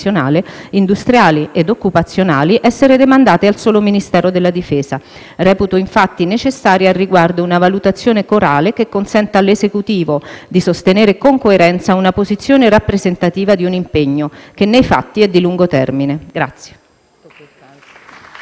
industriali e occupazionali - essere demandate al solo Ministero della difesa. Reputo infatti necessaria al riguardo una valutazione corale che consenta all'Esecutivo di sostenere con coerenza una posizione rappresentativa di un impegno che nei fatti è di lungo termine.